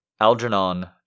Algernon